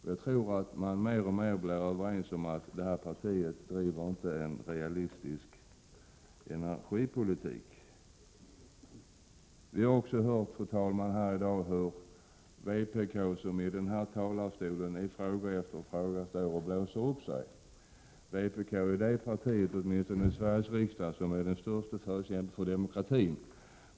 Jag tror att fler och fler börjar tycka att centerpartiet inte driver en realistisk energipolitik. Vi har också, fru talman, i dag hört hur representanter för vpk i fråga efter fråga i denna talarstol blåser upp sig. Vpk är det parti, åtminstone i Sveriges riksdag, som är den största förespråkaren för demokrati.